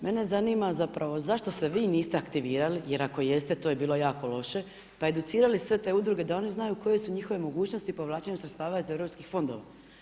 Mene zanima zapravo zašto se vi niste aktivirali, jer ako jeste to je bilo jako loše pa educirali sve te udruge da oni znaju koje su njihove mogućnosti povlačenjem sredstava iz EU fondova.